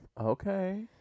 Okay